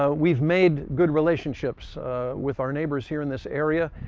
um we've made good relationships with our neighbors here in this area,